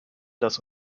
das